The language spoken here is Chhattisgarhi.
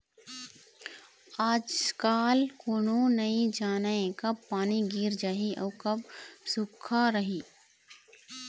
आजकाल कोनो नइ जानय कब पानी गिर जाही अउ कब सुक्खा रही